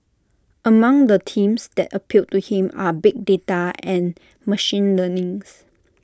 among the themes that appeal to him are big data and machine learnings